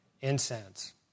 incense